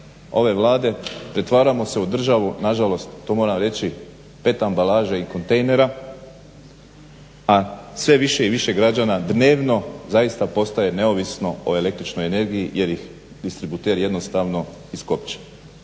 ove Vlade pretvaramo se u državu nažalost to moramo reći pet ambalaža i kontejnera a sve više i više građana dnevno zaista postaje neovisno o električnoj energiji jer ih distributer jednostavno iskopča.